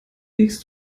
wiegst